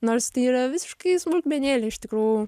nors tai yra visiškai smulkmenėlė iš tikrų